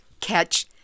catch